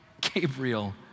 Gabriel